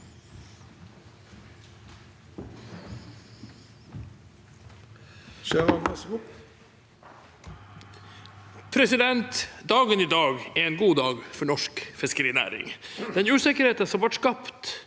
Dagen i dag er en god dag for norsk fiskerinæring. Den usikkerheten som ble skapt